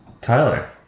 Tyler